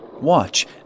Watch